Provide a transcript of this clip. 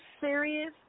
serious